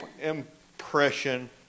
impression